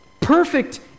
perfect